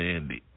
Andy